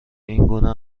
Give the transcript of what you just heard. اینگونه